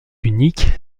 unique